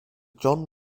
john